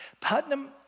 Putnam